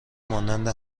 مانند